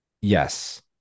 Yes